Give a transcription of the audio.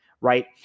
right